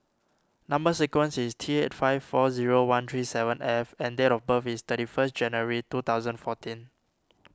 Number Sequence is T eight five four zero one three seven F and date of birth is thirty first January two thousand fourteen